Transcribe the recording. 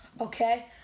okay